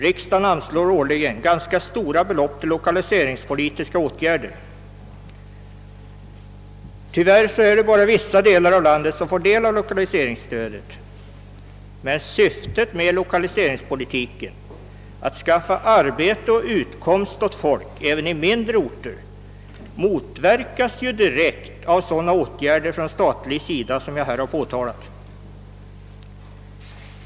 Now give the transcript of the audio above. Riksdagen anslår årligen ganska stora belopp till lokaliseringspolitiska åtgärder. Tyvärr är det bara vissa delar av landet som får del av lokaliseringsstödet. Men syftet med lokaliseringspolitiken — att skaffa arbete och utkomst åt folk även i mindre orter — motverkas ju direkt av sådana åtgärder från statlig sida som jag här har påtalat.